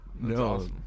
No